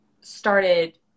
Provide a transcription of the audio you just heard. started